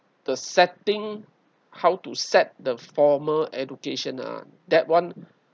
the setting how to set the formal education ah that one